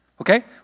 Okay